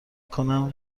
کنم